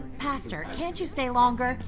pastor, can't you stay longer?